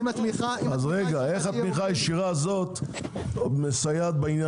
אז איך התמיכה הישירה הזאת מסייעת בעניין הזה?